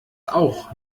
auch